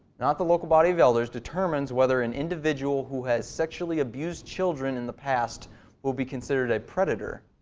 not the local body of elders, determines whether an individual who has sexually abused children in the past will be considered a predator.